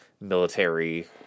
military